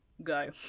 go